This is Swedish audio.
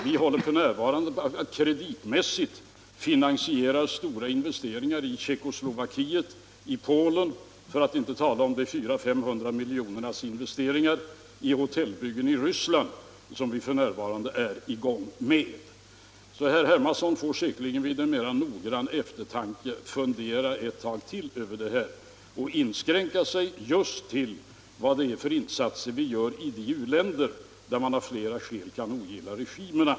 Vi håller f. n. på att kreditmässigt finansiera stora investeringar i Tjeckoslovakien och i Polen, för att inte tala om de 400-500 miljonernas investeringar i hotellbyggen i Ryssland som vi f.n. är i gång med. Så herr Hermansson får säkerligen fundera ett tag till över det här och inskränka sig just till vad det är för insatser vi gör i u-länder där man av flera skäl kan ogilla regimerna.